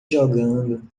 jogando